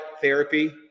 therapy